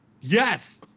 Yes